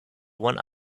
one